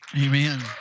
Amen